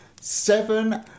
Seven